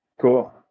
Cool